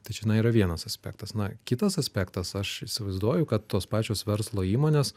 tai čia na yra vienas aspektas na kitas aspektas aš įsivaizduoju kad tos pačios verslo įmonės